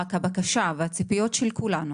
רק הבקשה והציפיות של כולנו,